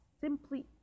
simply